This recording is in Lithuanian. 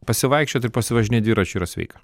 pasivaikščiot ir pasivažinėt dviračiu yra sveika